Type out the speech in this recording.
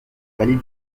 vallée